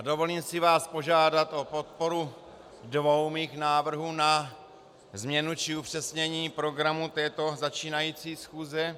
Dovolím si vás požádat o podporu dvou svých návrhů na změnu či upřesnění programu této začínající schůze.